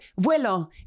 vuelo